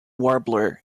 warbler